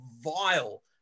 vile